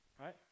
right